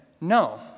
no